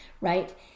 right